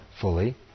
fully